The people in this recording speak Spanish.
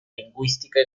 lingüística